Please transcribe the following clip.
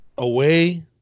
Away